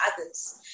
others